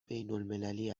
بینالمللی